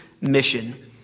mission